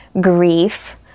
grief